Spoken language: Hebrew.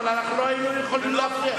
אבל אנחנו לא היינו יכולים להפריע.